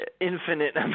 infinite